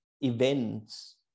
events